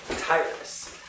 Tyrus